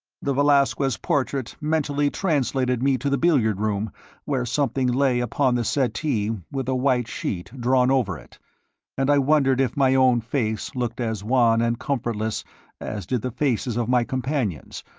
the velasquez portrait mentally translated me to the billiard room where something lay upon the settee with a white sheet drawn over it and i wondered if my own face looked as wan and comfortless as did the faces of my companions,